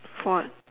for what